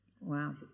Wow